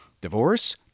Divorce